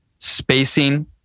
spacing